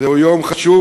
זהו יום חשוב,